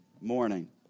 morning